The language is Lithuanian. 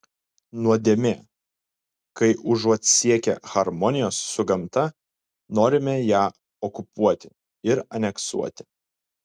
nuodėmė kai užuot siekę harmonijos su gamta norime ją okupuoti ir aneksuoti